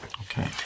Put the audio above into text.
Okay